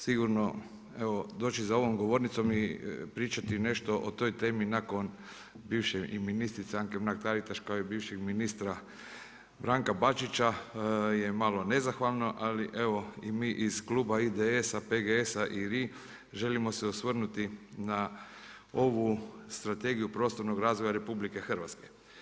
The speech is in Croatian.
Sigurno evo doći za ovom govornicom i pričati nešto o toj temi nakon bivše i ministrice Anke Mrak-Taritaš kao i bivšeg ministra Branka Bačića je malo nezahvalno, ali evo mi iz kluba IDS-PGS-RI želimo se osvrnuti na ovu Strategiju prostornog razvoja RH.